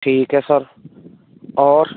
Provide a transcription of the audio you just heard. ठीक है सर और